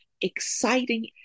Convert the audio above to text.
exciting